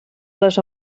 les